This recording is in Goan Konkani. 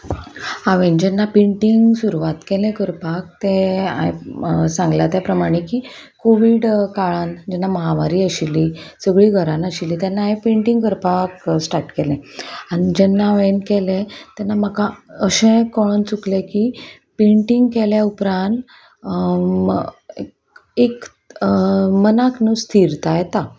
हांवें जेन्ना पेंटींग सुरवात केलें करपाक ते सांगलां त्या प्रमाणे की कोवीड काळान जेन्ना महामारी आशिल्ली सगळीं घरान आशिल्ली तेन्ना हांवें पेंटींग करपाक स्टार्ट केलें आनी जेन्ना हांवें केलें तेन्ना म्हाका अशें कळोन चुकलें की पेंटींग केल्या उपरांत एक मनाक नु स्थिरताय येता